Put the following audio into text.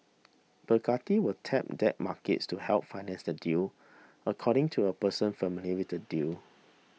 Bacardi will tap debt markets to help finance the deal according to a person familiar with the deal